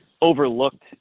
overlooked